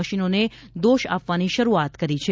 મશીનોને દોષ આપવાની શરૂઆત કરી છે